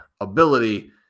ability